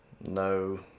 No